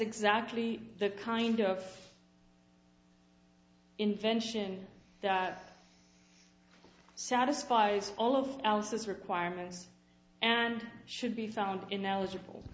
exactly the kind of invention that satisfies all of his requirements and should be found in the eligible